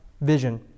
vision